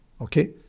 Okay